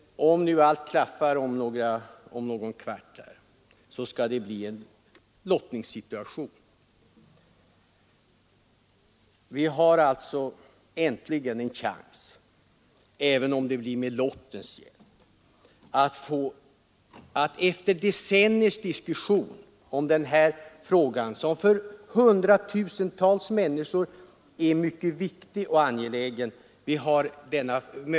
Om allt klaffar skall det uppstå en lottningssituation. Vi får alltså äntligen en chans, även om det blir med lottens hjälp, att efter decenniers diskussion få en lösning på en fråga som för hundratusentals människor är mycket viktig och angelägen.